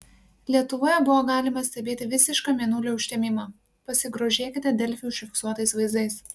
lietuvoje buvo galima stebėti visišką mėnulio užtemimą pasigrožėkite delfi užfiksuotais vaizdais